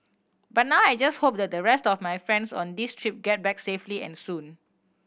but now I just hope that the rest of my friends on this trip get back safely and soon